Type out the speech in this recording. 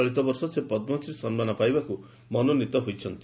ଚଳିତବର୍ଷ ସେ ପଦ୍ମଶ୍ରୀ ସମ୍ମାନ ପାଇବାକୁ ମନୋନୀତ ହୋଇଛନ୍ତି